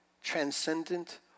transcendent